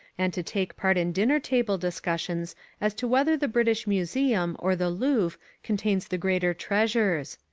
and to take part in dinner table discussions as to whether the british museum or the louvre contains the greater treasures.